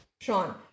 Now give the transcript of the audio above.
Sean